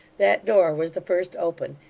that door was the first open,